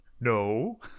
No